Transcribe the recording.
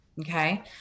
Okay